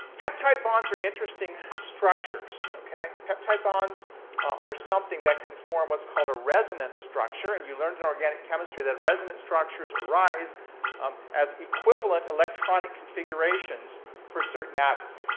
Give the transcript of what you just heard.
peptide bonds are interesting structures. peptide bonds are something that can form what's called a resonance structure, and you learned in organic chemistry that resonance structures arise um as equivalent electronic configurations for certain atoms.